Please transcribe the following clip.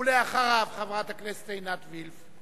אחריו, חברת הכנסת עינת וילף,